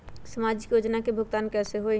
समाजिक योजना के भुगतान कैसे होई?